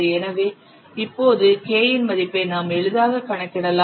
எனவே இப்போது K இன் மதிப்பை நாம் எளிதாக கணக்கிடலாம்